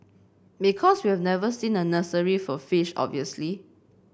because we've never seen a nursery for fish obviously